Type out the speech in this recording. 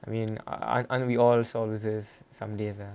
I mean ah aren't we all sore losers some days ah